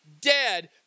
dead